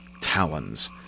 talons